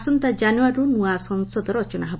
ଆସନ୍ତା ଜାନୁୟାରୀରୁ ନୃଆ ସଂସଦ ରଚନା ହେବ